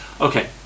okay